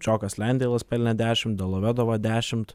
džiokas lendeilas pelnė dešimt delovedova dešimt